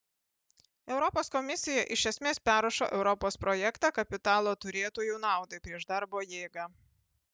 europos komisija iš esmės perrašo europos projektą kapitalo turėtojų naudai prieš darbo jėgą